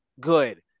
good